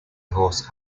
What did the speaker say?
horse